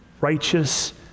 righteous